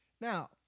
Now